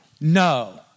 No